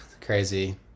Crazy